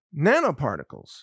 nanoparticles